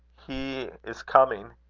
he is coming.